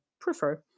prefer